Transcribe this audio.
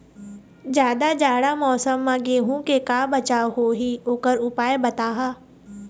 जादा जाड़ा मौसम म गेहूं के का बचाव होही ओकर उपाय बताहा?